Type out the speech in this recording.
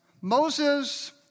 Moses